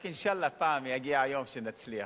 רק אינשאללה, פעם יגיע היום שנצליח.